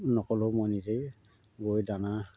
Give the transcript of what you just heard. নক'লেও মই নিজেই গৈ দানা